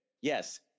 Yes